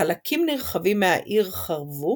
חלקים נרחבים מהעיר חרבו